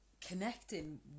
connecting